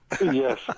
Yes